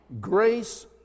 grace